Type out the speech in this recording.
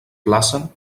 plaça